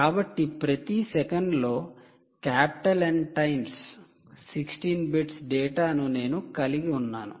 కాబట్టి ప్రతి సెకనులో N టైమ్స్ 16 బిట్స్ డేటాను నేను కలిగి ఉన్నాను